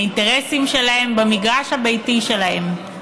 את האינטרסים שלהם, במגרש הבית שלהם.